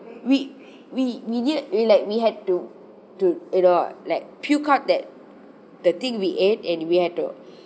we we immediately like we had to to you know like puke out that the thing we ate and we had to